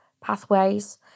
pathways